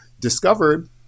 discovered